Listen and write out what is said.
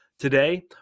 Today